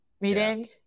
meeting